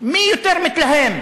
מי יותר מתלהם.